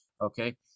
okay